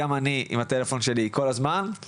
גם אני עם הטלפון שלי כל הזמן.